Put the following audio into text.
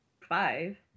five